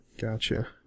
Gotcha